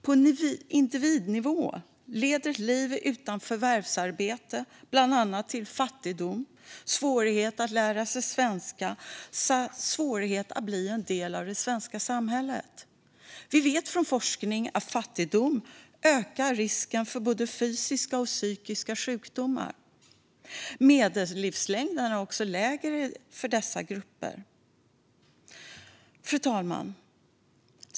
På individnivå leder ett liv utan förvärvsarbete bland annat till fattigdom, svårighet att lära sig svenska och svårighet att bli en del av det svenska samhället. Vi vet från forskning att fattigdom ökar risken för både fysiska och psykiska sjukdomar. Medellivslängden är också lägre för dessa grupper. Fru talman!